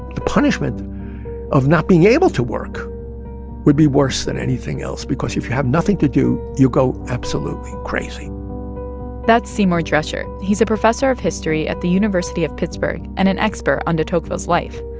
the punishment of not being able to work would be worse than anything else because if you have nothing to do, you'll go absolutely crazy that's seymour drescher. he's a professor of history at the university of pittsburgh and an expert on de tocqueville's life.